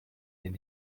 den